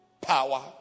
power